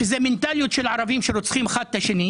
שזה מנטליות של ערבים שרוצחים אחד את השני,